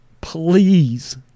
Please